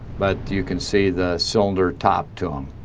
but you can see the cylinder top to em.